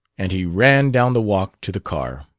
and he ran down the walk to the car.